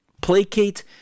placate